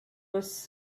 was